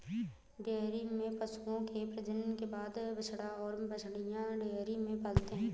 dairy में पशुओं के प्रजनन के बाद बछड़ा और बाछियाँ डेयरी में पलते हैं